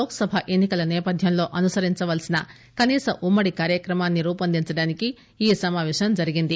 లోక్ సభ ఎన్ని కల సేపథ్యంలో అనుసరించాల్సిన కనీస ఉమ్మడి కార్యక్రమాన్ని రూపొందించడానికి ఈ సమాపేశం జరిగింది